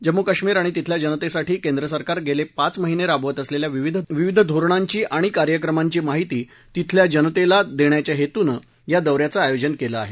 जम्मू कश्मीर आणि तिथल्या जनतेसाठी केंद्र सरकार गेले पाच महिने राबवत असलेल्या विविध धोरणांची आणि कार्यक्रमांची माहिती तिथल्या जनतेला देण्याच्या हेतूनं या दौऱ्याचं आयोजन केलं आहे